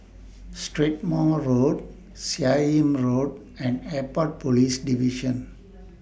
Strathmore Road Seah Im Road and Airport Police Division